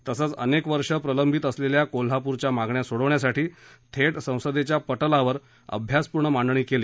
तसंच अनेक वर्षे प्रलंबित असलेल्या कोल्हापूरच्या मागण्या सोडवण्यासाठी थेट संसदेच्या पटलावर अभ्यासपूर्ण मांडणी केली